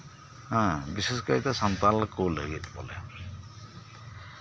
ᱦᱮᱸᱜ ᱵᱤᱥᱮᱥ ᱠᱟᱭᱛᱮ ᱥᱟᱞᱛᱟᱲ ᱠᱚ ᱞᱟᱹᱜᱤᱫ ᱵᱚᱞᱮ